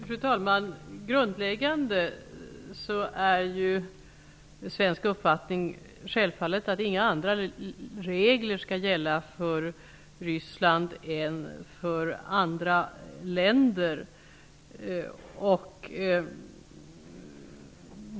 Fru talman! Den grundläggande svenska uppfattningen är självfallet att det inte skall gälla andra regler för Ryssland än för andra länder.